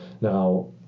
Now